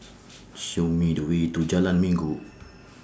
Show Me The Way to Jalan Minggu